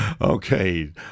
Okay